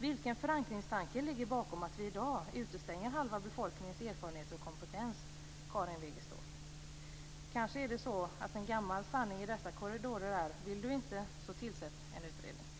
Vilken förankringstanke ligger bakom att vi i dag utestänger halva befolkningens erfarenheter och kompetens, Karin Wegestål? Kanske är det så att en gammal sanning i dessa korridorer är: Vill du inte så tillsätt en utredning.